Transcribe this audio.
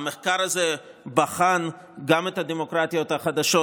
המחקר הזה בחן גם את הדמוקרטיות החדשות,